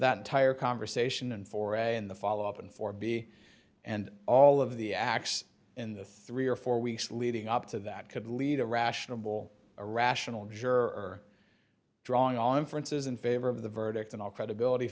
that entire conversation and for a in the follow up and for b and all of the acts in the three or four weeks leading up to that could lead a rational a rational juror drawing all inferences in favor of the verdict and all credibility